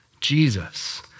Jesus